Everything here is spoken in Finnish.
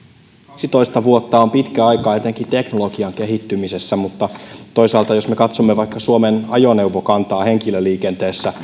kaksitoista vuotta on pitkä aika etenkin teknologian kehittymisessä mutta toisaalta jos me katsomme vaikka suomen ajoneuvokantaa henkilöliikenteessä